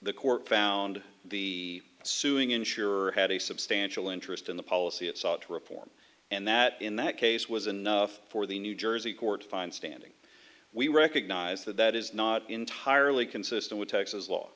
the court found the suing insurer had a substantial interest in the policy it sought to reform and that in that case was enough for the new jersey court to find standing we recognize that that is not entirely consistent with texas law